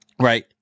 right